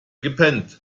gepennt